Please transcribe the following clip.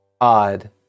odd